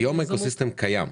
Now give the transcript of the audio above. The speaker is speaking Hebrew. היום האקו סיסטם קיים.